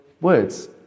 words